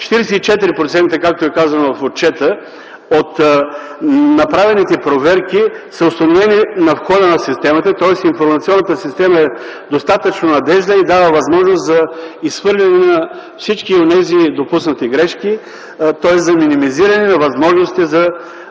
от направените проверки са установени на входа на системата. Тоест информационната система е достатъчно надеждна и дава възможност за изхвърляне на всички онези допуснати грешки, тоест за минимизиране на възможностите за